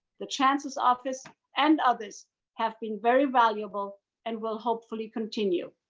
the chancellor's office and others have been very valuable and will hopefully continue.